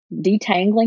detangling